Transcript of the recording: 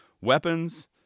weapons